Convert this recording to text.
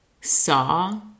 saw